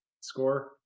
score